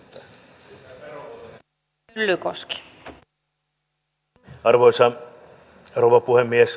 arvoisa rouva puhemies